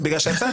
זה בגלל שיצאת.